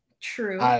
true